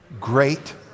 Great